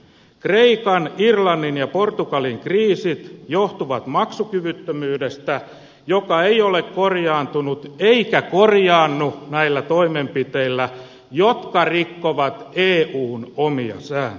kreikan irlannin ja portugalin kriisit johtuvat maksukyvyttömyydestä joka ei ole korjaantunut eikä korjaannu näillä toimenpiteillä jotka rikkovat eun omia sääntöjä